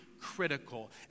critical